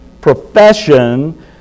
Profession